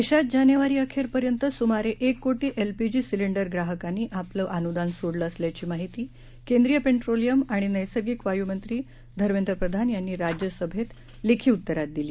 देशातजानेवारीअखेरपर्यंतसुमारेएककोटीएलपीजीसिलेंडरग्राहकांनीआपलंअनुदानसोडलंअसल्याचीमाहितीकेंद्रीयपेट्रोलियमआ णिनैसर्गिकवायूमंत्रीधर्मेंद्रप्रधानयांनीराज्यसभेतआजलेखीउत्तरातदिली